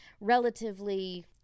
relatively